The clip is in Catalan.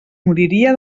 moriria